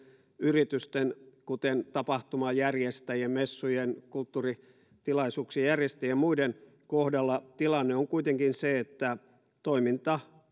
yritysten kuten tapahtumajärjestäjien messujen tai kulttuuritilaisuuksien järjestäjien ja muiden kohdalla tilanne on kuitenkin se että toiminta